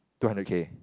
two hundred K